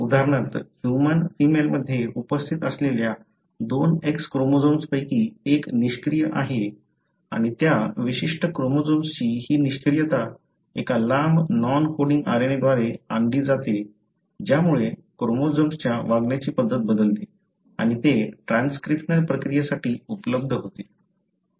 उदाहरणार्थ human female मध्ये उपस्थित असलेल्या दोन X क्रोमोझोम्स पैकी एक निष्क्रिय आहे आणि त्या विशिष्ट क्रोमोझोम्सची ही निष्क्रियता एका लांब नॉन कोडिंग RNA द्वारे आणली जाते ज्यामुळे क्रोमोझोम्सच्या वागण्याची पद्धत बदलते आणि ते ट्रान्सक्रिप्शनल प्रक्रियेसाठी उपलब्ध होते